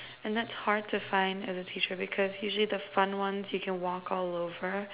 and that's hard to find as a teacher because usually the fun ones you can walk all over